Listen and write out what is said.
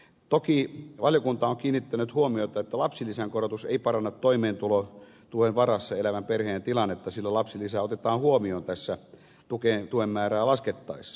toki valiokunta on kiinnittänyt huomiota siihen että lapsilisän korotus ei paranna toimeentulotuen varassa elävän perheen tilannetta sillä lapsilisä otetaan huomioon tuen määrää laskettaessa